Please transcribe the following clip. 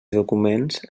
documents